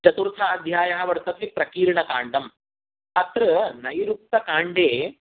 चतुर्थ अध्यायः वर्तते प्रकीर्णकाण्डं अत्र नैरुक्तकाण्डे